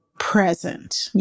Present